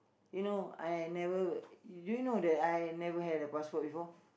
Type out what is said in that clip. you know I never do you know that I never had a passport before